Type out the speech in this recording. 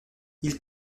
ils